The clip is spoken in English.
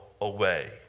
away